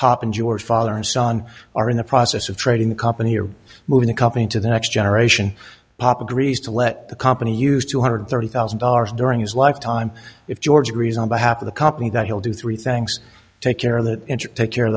pop and your father and son are in the process of trading the company or moving the company to the next generation pop agrees to let the company use two hundred thirty thousand dollars during his lifetime if george agrees on behalf of the company that he'll do three things take care of that take care of